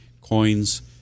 coins